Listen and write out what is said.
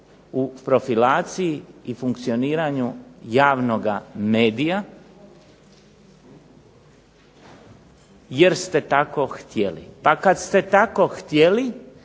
u profilaciji i funkcioniranju javnog medija jer ste tako htjeli. Pa kada ste tako htjeli